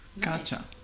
Gotcha